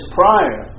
prior